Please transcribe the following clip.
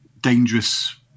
dangerous